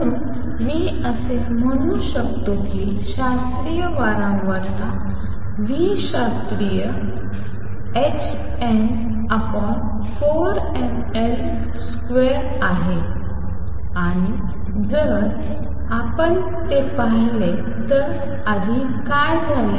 म्हणून मी असे म्हणू शकतो की शास्त्रीय वारंवारता ν शास्त्रीय hn4mL2 आहे आणि जर आपण ते पाहिले तर आधी काय झाले